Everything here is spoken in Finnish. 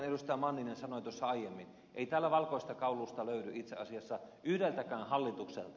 manninen sanoi tuossa aiemmin ettei täällä valkoista kaulusta löydy itse asiassa yhdeltäkään hallitukselta